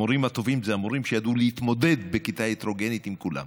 המורים הטובים הם המורים שידעו להתמודד בכיתה הטרוגנית עם כולם.